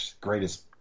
greatest